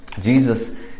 Jesus